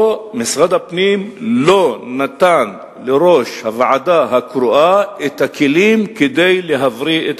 משרד הפנים לא נתן לראש הוועדה הקרואה את הכלים כדי להבריא את